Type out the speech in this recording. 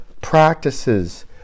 practices